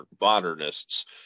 modernists